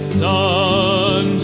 sun